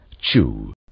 chew